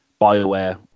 bioware